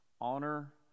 Honor